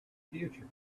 future